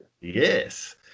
Yes